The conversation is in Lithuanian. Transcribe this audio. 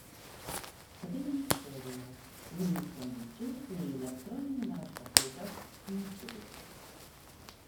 pati ministerija nei į skambučius nei į elektroninį laišką kol kas neatsiliepė